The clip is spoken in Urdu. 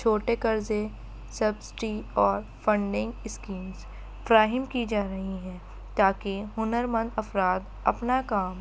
چھوٹے قرضے سبسٹیی اور فنڈنگ اسکیمز فراہم کی جا رہی ہیں تاکہ ہنر مند افراد اپنا کام